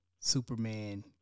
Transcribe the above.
Superman